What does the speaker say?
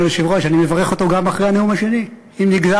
לראות אם לא חרגו מהנוהג.